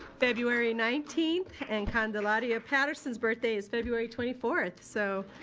february nineteenth. and candelaria patterson's birthday is february twenty fourth. so.